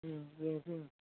ꯎꯝ ꯌꯦꯡꯁꯤ ꯌꯦꯡꯁꯤ